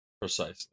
Precisely